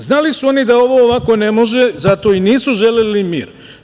Znali su oni da ovo ovako ne može, zato i nisu želeli mir.